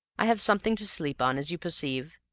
i have something to sleep on, as you perceive,